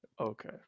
Okay